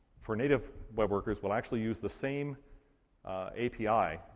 for native web workers will actually use the same api.